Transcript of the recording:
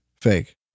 fake